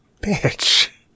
bitch